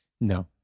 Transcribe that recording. No